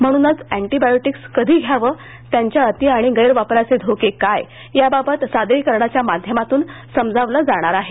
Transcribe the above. म्हणूनच अँटिबायोटिक्स कधी घ्यावं त्यांच्या अति आणि गैरवापराचे धोके काय याबाबत सादरीकरणाच्या माध्यमातून समजावलं जाणार आहे